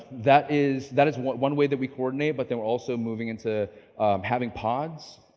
that is that is one way that we coordinate, but they were also moving into having pods.